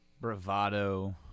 Bravado